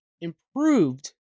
improved